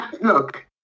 Look